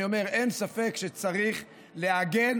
אני אומר: אין ספק שצריך לעגן,